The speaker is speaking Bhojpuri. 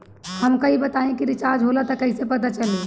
हमका ई बताई कि रिचार्ज होला त कईसे पता चली?